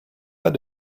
pas